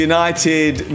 United